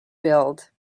build